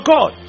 God